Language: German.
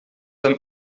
ein